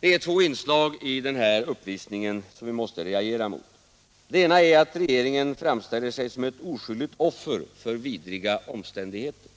Det är två inslag i den här uppvisningen som vi måste reagera emot. Det ena är att regeringen framställer sig som ett oskyldigt offer för vidriga omständigheter.